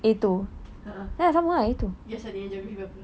ah ah yes ada geography